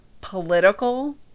political